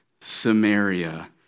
Samaria